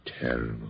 terrible